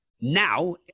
now